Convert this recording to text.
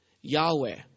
Yahweh